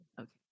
Okay